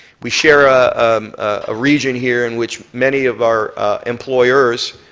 we share a ah region here in which many of our employers